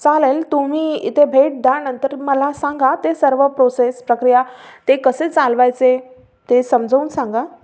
चालेल तुम्ही इथे भेट द्या नंतर मला सांगा ते सर्व प्रोसेस प्रक्रिया ते कसे चालवायचे ते समजवून सांगा